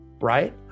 right